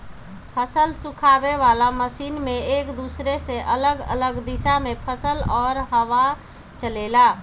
फसल सुखावे वाला मशीन में एक दूसरे से अलग अलग दिशा में फसल और हवा चलेला